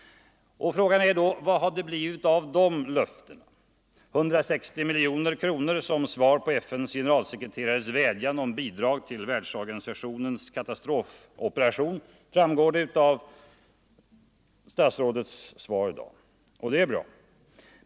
Frågan är då: Vad har det blivit av de löftena? 160 miljoner som svar på FN:s generalsekreterares vädjan om bidrag till världsorganisationens katastrofoperationer, framgår det av statsrådets svar i dag. Det är bra.